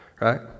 right